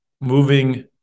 moving